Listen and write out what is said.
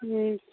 हूँ